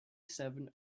seven